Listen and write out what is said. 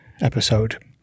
episode